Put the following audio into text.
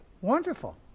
Wonderful